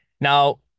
Now